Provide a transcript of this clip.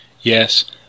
Yes